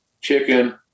chicken